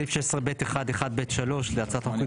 סעיף 16(ב1)(1)(ב)(3) להצעת החוק,